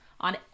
on